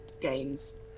games